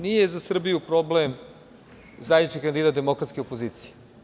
Nije za Srbiju problem zajednički kandidat demokratske opozicije.